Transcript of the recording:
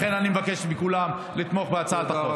לכן אני מבקש מכולם לתמוך בהצעת החוק.